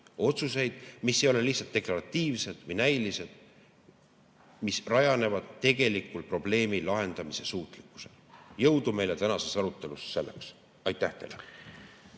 otsuseid, mis ei ole lihtsalt deklaratiivsed või näilised, vaid mis rajanevad tegelikul probleemi lahendamise suutlikkusel. Jõudu meile tänaseks aruteluks! Aitäh teile!